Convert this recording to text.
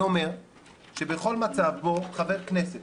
זה אומר שבכל מצב בו חבר כנסת